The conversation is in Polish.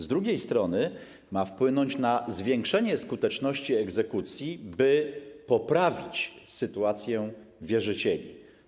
Z drugiej strony ma wpłynąć na zwiększenie skuteczności egzekucji, by poprawić sytuację wierzycieli.